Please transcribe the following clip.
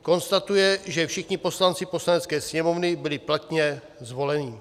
konstatuje, že všichni poslanci Poslanecké sněmovny byli platně zvoleni.